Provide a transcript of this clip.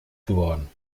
geworden